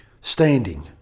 standing